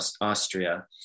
Austria